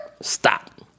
stop